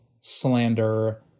slander